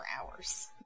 hours